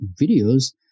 videos